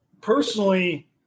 Personally